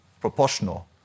proportional